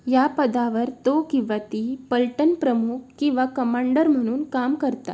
या पदावर तो किंवा ती पलटन प्रमुख किंवा कमांडर म्हणून काम करता